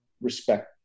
respect